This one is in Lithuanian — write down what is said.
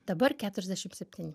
dabar keturiasdešimt septyni